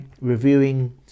reviewing